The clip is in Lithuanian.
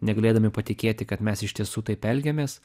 negalėdami patikėti kad mes iš tiesų taip elgiamės